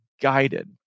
guided